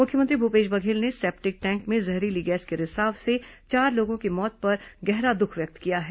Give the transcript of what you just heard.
मुख्यमंत्री भूपेश बघेल ने septic tank में जहरीली गैस के रिसाव से चार लोगों की मौत पर गहरा दुख व्यक्त किया है